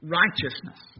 righteousness